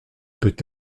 peut